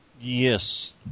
Yes